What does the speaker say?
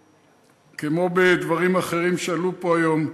כמו בדברים אחרים שעלו פה היום,